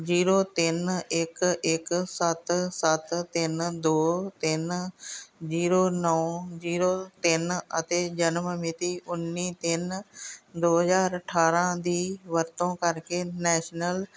zero ਤਿੰਨ ਇੱਕ ਇੱਕ ਸੱਤ ਸੱਤ ਤਿੰਨ ਦੋ ਤਿੰਨ ਜੀਰੋ ਨੌਂ ਜੀਰੋ ਤਿੰਨ ਅਤੇ ਜਨਮ ਮਿਤੀ ਉੱਨੀ ਤਿੰਨ ਦੋ ਹਜ਼ਾਰ ਅਠਾਰ੍ਹਾਂ ਦੀ ਵਰਤੋਂ ਕਰਕੇ ਨੈਸ਼ਨਲ